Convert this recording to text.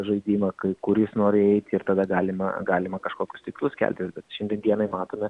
žaidimą kai kur jis nori eiti ir tada galima galima kažkokius tikslus keltis bet šiandien dienai matome